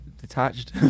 detached